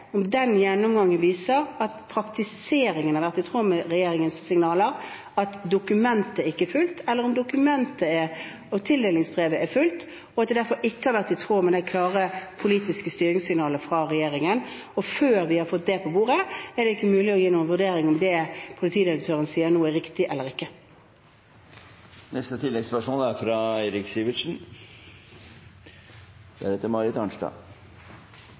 om den gjennomgangen viser at praktiseringen har vært i tråd med regjeringens signaler, at dokumentet ikke er fulgt, eller om dokumentet og tildelingsbrevet er fulgt, og at det derfor ikke har vært i tråd med de klare politiske styringssignaler fra regjeringen. Før vi har fått det på bordet, er det ikke mulig å gi noen vurdering av om det politidirektøren nå sier, er riktig eller